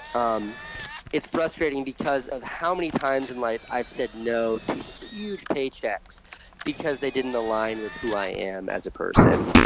um it's frustrating because of how many times in life i've said no to huge paychecks because they didn't align with who i am as a person.